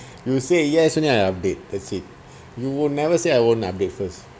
you will say yes only then I update that's it you will never say I won't update first